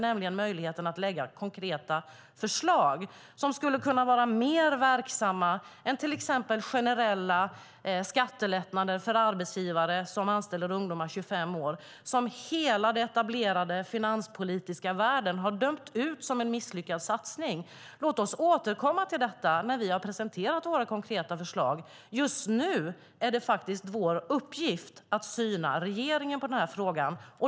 Det handlar om möjligheten att lägga fram konkreta förslag som skulle vara mer verksamma än till exempel generella skattelättnader för arbetsgivare som anställer ungdomar under 25 år. Hela den etablerade finanspolitiska världen har dömt ut det som en misslyckad satsning. Låt oss återkomma till detta när vi har presenterat våra konkreta förslag. Just nu är det vår uppgift att syna regeringen i den här frågan.